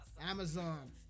Amazon